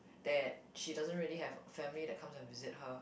that she doesn't really have family that comes and visit her